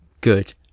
Good